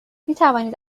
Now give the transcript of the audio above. میتوانید